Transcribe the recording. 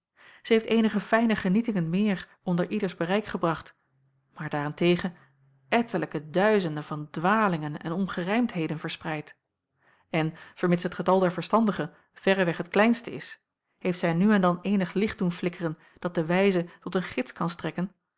zij heeft eenige fijne genietingen meer onder ieders bereik gebracht maar daar-en-tegen ettelijke duizenden van dwalingen en ongerijmdheden verspreid en vermids het getal der verstandigen verreweg het kleinste is heeft zij nu en dan eenig licht doen flikkeren dat den wijze tot een gids kan strekken